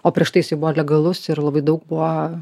o prieš tai jisai buvo legalus ir labai daug buvo